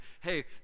hey